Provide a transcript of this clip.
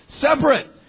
separate